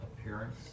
appearance